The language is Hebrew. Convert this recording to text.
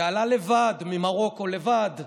שעלה לבד ממרוקו, לבד,